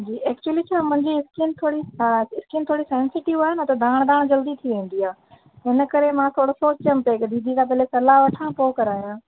जी actually छा मुंहिंजी skin थोरी हा स्किन थोड़ी सैंसिटिव आहे त दाणा दाणा जल्दी थी वेंदी आहे हिन करे मां थोरो सो सोचम पई की दीदी खां पहिरियों सलाह वठा पोइ कराया